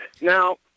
Now